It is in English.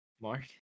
Mark